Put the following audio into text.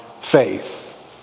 faith